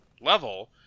level